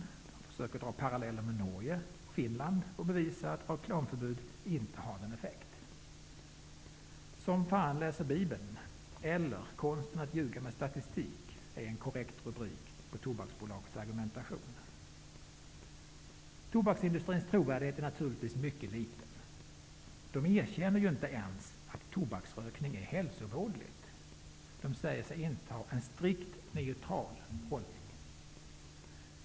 Man försöker att dra paralleller med Norge och Finland och bevisa att reklamförbud inte har någon effekt. Som fan läser Bibeln eller Konsten att ljuga med statistik är en korrekt rubrik på Tobaksbolagets argumentation. Tobaksindustrins trovärdighet är naturligtvis mycket liten. Man erkänner inte ens att tobaksrökning är hälsovådligt. Man säger sig inta en strikt ''neutral'' hållning.